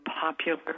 popular